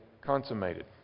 consummated